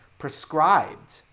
prescribed